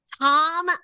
Tom